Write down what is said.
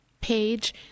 page